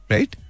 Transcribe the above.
Right